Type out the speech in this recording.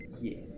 Yes